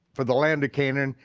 for the land of canaan,